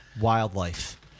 Wildlife